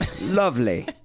Lovely